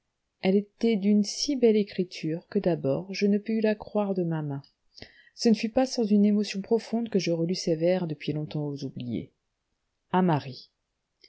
elle était d'une si belle écriture que d'abord je ne pus la croire de ma main ce ne fut pas sans une émotion profonde que je relus ces vers depuis longtemps oubliés à marie